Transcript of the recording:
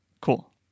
Cool